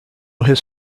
his